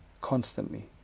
Constantly